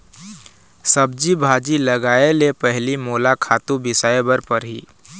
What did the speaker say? सब्जी भाजी लगाए ले पहिली मोला खातू बिसाय बर परही